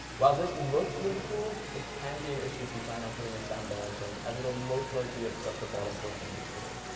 while this looks really cool, it can be an issue if you plan on putting a soundbar in front, as it'll most likely obstruct the bottom portion of the screen.